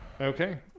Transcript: Okay